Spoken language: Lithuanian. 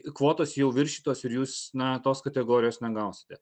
kvotos jau viršytos ir jūs na tos kategorijos negausite